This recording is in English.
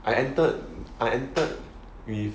I entered I entered with